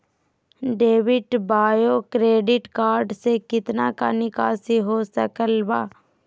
Debit बोया credit card से कितना का निकासी हो सकल बा?